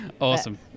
Awesome